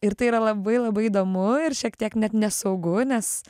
ir tai yra labai labai įdomu ir šiek tiek net nesaugu nes